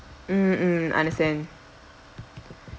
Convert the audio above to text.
mm mm understand